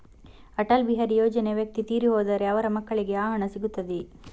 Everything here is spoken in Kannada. ಅಟಲ್ ಬಿಹಾರಿ ಯೋಜನೆಯ ವ್ಯಕ್ತಿ ತೀರಿ ಹೋದರೆ ಅವರ ಮಕ್ಕಳಿಗೆ ಆ ಹಣ ಸಿಗುತ್ತದೆಯೇ?